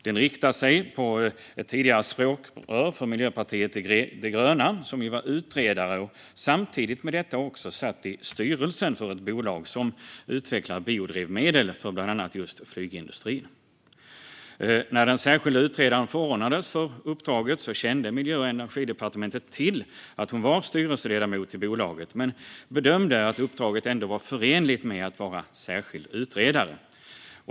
Den inriktar sig på ett tidigare språkrör för Miljöpartiet de gröna som var utredare och samtidigt med detta satt i styrelsen för ett bolag som utvecklade biodrivmedel för bland annat just flygindustrin. När den särskilda utredaren förordnades för uppdraget kände Miljö och energidepartementet till att hon var styrelseledamot i bolaget men bedömde att uppdraget ändå var förenligt med att vara särskild utredare.